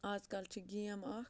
آز کَل چھِ گیم اَکھ